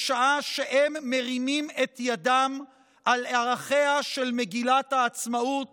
בשעה שהם מרימים את ידם על ערכיה של מגילת העצמאות